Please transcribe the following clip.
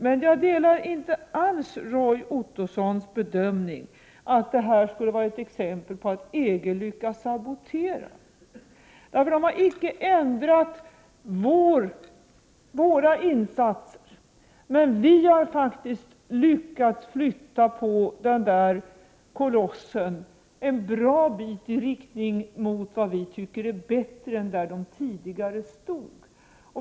Men jag delar inte alls Roy Ottossons bedömning att det här skulle vara ett exempel på att EG lyckas sabotera. EG har nämligen inte lyckats få oss att ändra vår inställning, däremot har vi lyckats flytta på den där kolossen en bra bit i riktning mot vad vi tycker är bättre än tidigare.